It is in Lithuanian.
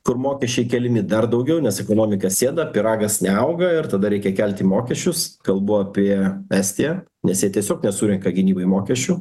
kur mokesčiai keliami dar daugiau nes ekonomika sėda pyragas neauga ir tada reikia kelti mokesčius kalbu apie estiją nes jie tiesiog nesurenka gynybai mokesčių